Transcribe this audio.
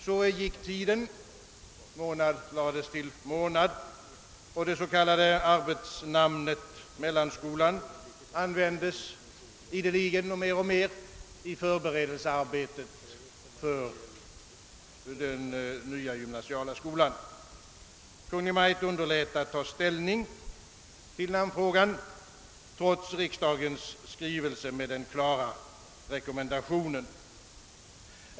Så gick tiden, månad lades till månad, och det s.k. arbetsnamnet »mellanskolan» användes mer och mer i förarbetet för den nya gymnasiala skolan. Kungl. Maj:t underlät att ta ställning i namnfrågan trots riksdagens skrivelse med den klara rekommendationen.